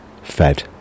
fed